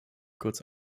kurz